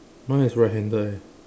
mine is right handed eh